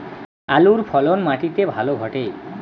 আলুর ফলন মাটি তে ভালো ঘটে?